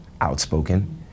outspoken